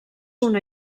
una